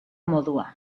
modua